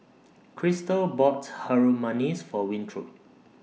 Christal bought Harum Manis For Winthrop